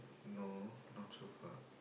no not so far